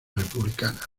republicana